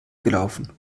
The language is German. gelaufen